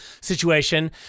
situation